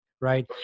Right